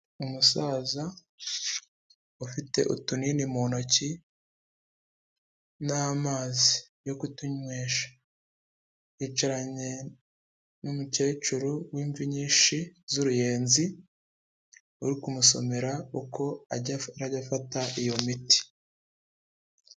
Umusaza ufite utunini mu ntoki n'amazi yo kutunywesha. Yicaranye n'umukecuru w'imvi nyinshi z'uruyenzi, uri kumusomera uko ajya afata iyo miti.